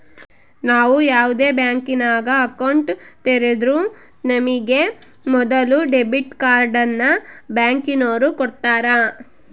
ನಾವು ಯಾವ್ದೇ ಬ್ಯಾಂಕಿನಾಗ ಅಕೌಂಟ್ ತೆರುದ್ರೂ ನಮಿಗೆ ಮೊದುಲು ಡೆಬಿಟ್ ಕಾರ್ಡ್ನ ಬ್ಯಾಂಕಿನೋರು ಕೊಡ್ತಾರ